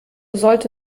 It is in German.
sollte